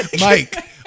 Mike